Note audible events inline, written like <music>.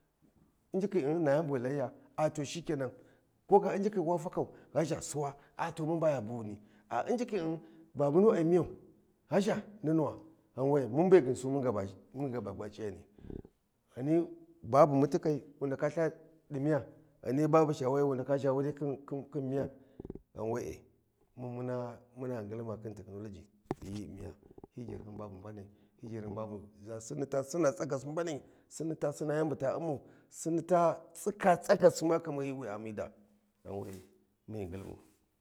﻿Unjikhi na yani bu ghi Layiya a to shikenan ko ga unjikhi wa fakau haʒa suwa, a Unjiki babunu ai miya haʒha nunuwa, mun be ghun su mun bagwa C’iyai, ghani babu mutikai wu ndaka ltha di miya ghani babu mutikai wu ndaka ltha di miya ghani baba ca wayai wu ndu ʒhawali khin miya? ghan we’e mun muna ngilma khin Technology <hesitation> hi Jarhin bu mbanai, yi jarhin bu ʒha sinni ta sina tsagasi mbanai, sini ta sina yani buta umau, sini ta tsika tsugasi ghi wi a U’mi ɗaa mun ghi ngilman.